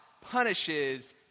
punishes